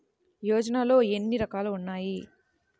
యోజనలో ఏన్ని రకాలు ఉన్నాయి?